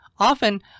Often